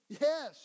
Yes